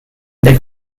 deg